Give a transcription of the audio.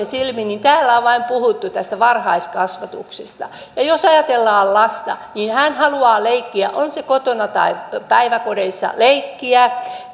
silmin niin täällä on puhuttu vain varhaiskasvatuksesta ja jos ajatellaan lasta niin hän haluaa leikkiä on se kotona tai päiväkodeissa leikkiä